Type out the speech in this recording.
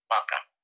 Welcome